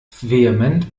vehement